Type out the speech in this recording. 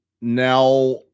now